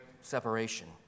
separation